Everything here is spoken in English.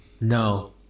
no